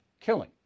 killing